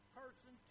person